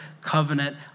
covenant